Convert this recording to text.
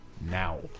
now